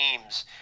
teams